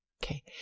Okay